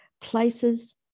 places